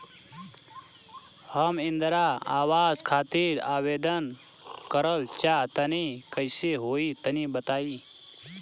हम इंद्रा आवास खातिर आवेदन करल चाह तनि कइसे होई तनि बताई?